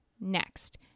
Next